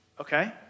okay